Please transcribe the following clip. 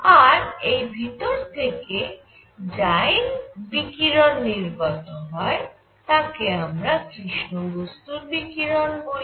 আর এর ভিতর থেকে যাই বিকিরণ নির্গত হয় তাকে আমরা কৃষ্ণ বস্তুর বিকিরণ বলি